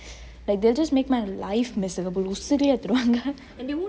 like they'll just make my life miserable உசுருயே எடுத்துருவாங்க:usureye eduthuruvaange